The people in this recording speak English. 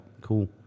cool